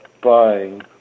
buying